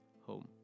home